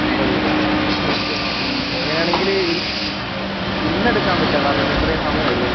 അൻപത് കിലോ അല്ലേ okay okay അങ്ങനെ ആണെങ്കിൽ ഇന്ന് ഇന്ന് എടുക്കാൻ പറ്റില്ല കാരണം ഇന്ന് ഇത്രയും സമയം ആയില്ലേ